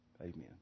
amen